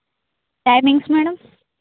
timings madam